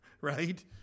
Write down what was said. Right